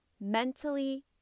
mentally